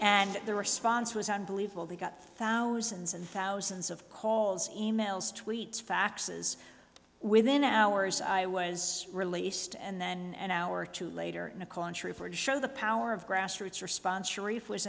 and the response was unbelievable they got thousands and thousands of calls e mails tweets faxes within hours i was released and then an hour or two later in a call on trooper to show the power of grassroots response sharif was